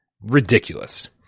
ridiculous